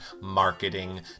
marketing